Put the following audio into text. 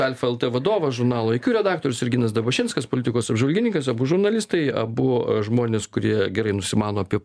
alfa lt vadovas žurnalo iq redaktorius ir ginas dabašinskas politikos apžvalgininkas abu žurnalistai abu žmonės kurie gerai nusimano apie